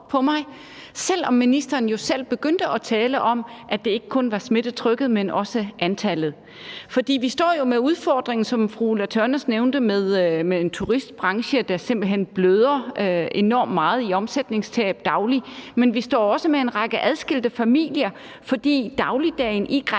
på mig, selv om ministeren jo selv begyndte at tale om, at det ikke kun var smittetrykket, men også antallet. For vi står jo med udfordringen, som fru Ulla Tørnæs nævnte, med en turistbranche, der simpelt hen bløder enormt meget i omsætningstab dagligt, men vi står også med en række adskilte familier, fordi dagligdagen i grænselandet